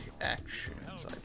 actions